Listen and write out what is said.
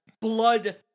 blood